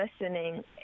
listening